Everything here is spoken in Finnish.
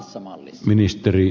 arvoisa puhemies